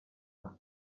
aha